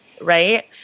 right